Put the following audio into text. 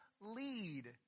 lead